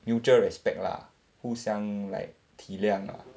mutual respect lah 互相 like 体谅 ah